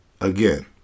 again